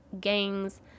gangs